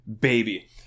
baby